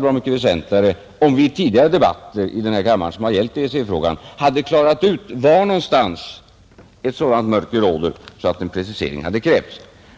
bra mycket väsentligare om vi i tidigare debatter här i kammaren om EEC-frågan hade klarat ut var någonstans ett sådant mörker råder att en precisering hade krävts.